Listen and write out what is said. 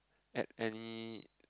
at any